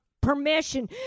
permission